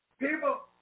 People